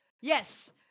Yes